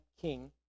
king